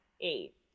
eight